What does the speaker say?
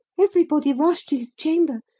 everybody rushed to his chamber,